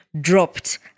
dropped